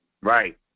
Right